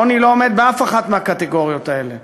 העוני לא עומד באף אחת מהקטגוריות האלה.